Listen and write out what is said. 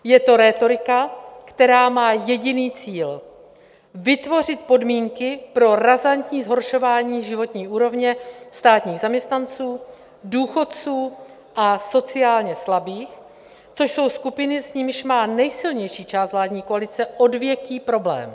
Je to rétorika, která má jediný cíl: vytvořit podmínky pro razantní zhoršování životní úrovně státních zaměstnanců, důchodců a sociálně slabých, což jsou skupiny, s nimiž má nejsilnější část vládní koalice odvěký problém.